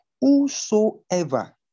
whosoever